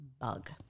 bug